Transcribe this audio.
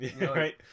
Right